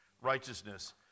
righteousness